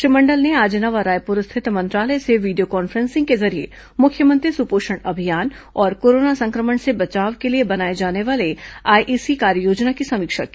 श्री मंडल ने आज नवा रायपुर स्थित मंत्रालय से वीडियो कॉन्फ्रेंसिंग के जरिये मुख्यमंत्री सुपोषण अभियान और कोरोना संक्रमण से बचाव के लिए बनाए जाने वाले आईईसी कार्ययोजना की समीक्षा की